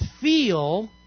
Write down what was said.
feel